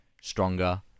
stronger